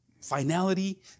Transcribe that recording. finality